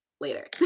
later